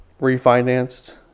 refinanced